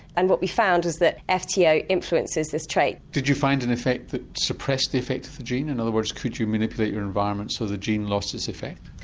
and what we found is that ah fto influences this trait. did you find an effect that it suppressed the effect of the gene, in other words could you manipulate your environment so the gene lost its effect?